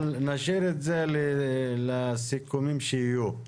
אבל נשאיר את זה לסיכומים שיהיו.